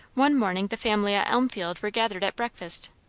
one morning the family at elmfield were gathered at breakfast.